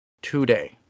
today